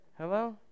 Hello